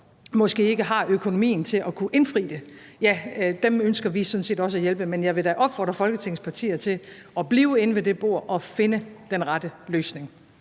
måske ikke har økonomien til at kunne indfri det, ja, dem ønsker vi sådan set også at hjælpe. Men jeg vil da opfordre Folketingets partier til at blive inde ved det bord og finde den rette løsning.